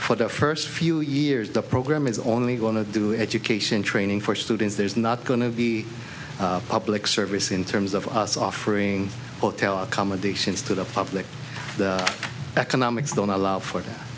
for the first few years the program is only going to do education training for students there's not going to be public service in terms of us offering hotel accommodations to the public the economics don't allow for that